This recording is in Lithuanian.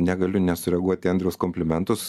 negaliu nesureaguot į andriaus komplimentus